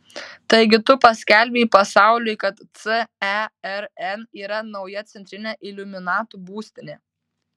taigi tu paskelbei pasauliui kad cern yra nauja centrinė iliuminatų būstinė